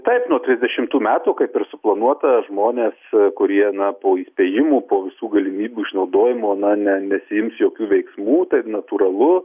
taip nuo trisdešimų metų kaip ir suplanuota žmonės kurie na po įspėjimų po visų galimybių išnaudojimo na ne nesiims jokių veiksmų taip natūralu